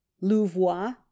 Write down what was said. louvois